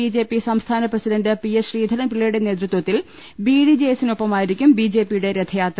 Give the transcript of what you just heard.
B J P സംസ്ഥാന president P S ശ്രീധരൻപിളളയുടെ നേതൃത്വത്തിൽ ബി ഡി ജെ എസ്സിനൊപ്പമായിരിക്കും ബി ജെ പിയുടെ രഥയാത്ര